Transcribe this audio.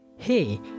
hey